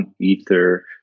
Ether